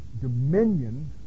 Dominion